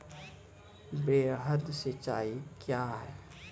वृहद सिंचाई कया हैं?